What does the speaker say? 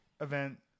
event